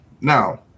Now